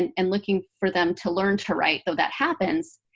and and looking for them to learn to write, though that happens.